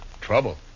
Trouble